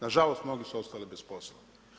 Na žalost mnogi su ostali bez posla.